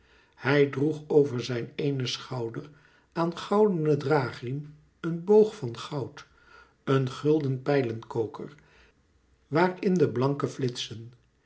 hij droeg over zijn eenen schouder aan goudenen draagriem een boog van goud een gulden pijlenkoker waar in de blanke flitsen